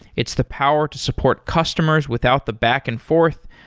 it's the power to support customers without the back and forth,